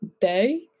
day